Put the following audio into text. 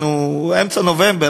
אנחנו באמצע נובמבר,